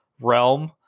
realm